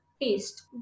taste